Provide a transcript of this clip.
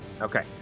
Okay